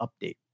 Update